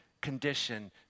condition